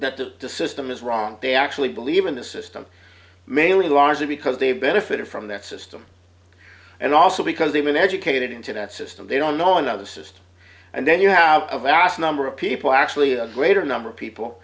that the to system is wrong they actually believe in the system mainly largely because they've benefited from that system and also because they've been educated into that system they don't know another system and then you have a vast number of people actually a greater number of people